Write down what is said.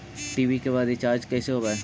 TV cable recharge कैसे होब हइ?